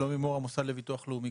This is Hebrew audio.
שלומי מור, המוסד לביטוח לאומי.